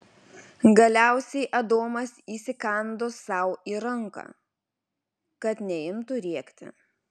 galiausiai adomas įsikando sau į ranką kad neimtų rėkti